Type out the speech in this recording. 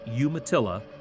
Umatilla